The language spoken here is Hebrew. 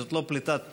זאת לא פליטת פה,